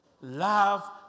love